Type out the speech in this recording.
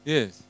Yes